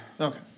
Okay